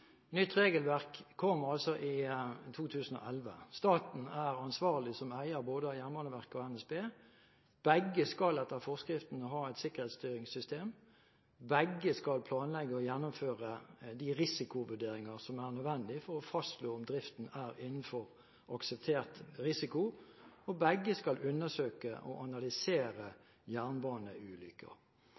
Nytt regelverk kom altså i 2011. Staten er ansvarlig – som eier av både Jernbaneverket og NSB. Begge skal etter forskrift ha et sikkerhetsstyringssystem. Begge skal planlegge og gjennomføre de risikovurderinger som er nødvendige for å fastslå om driften er innenfor akseptert risiko. Begge skal undersøke og analysere jernbaneulykker.